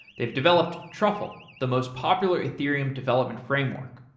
they've developed truffle, the most popular ethereum development framework.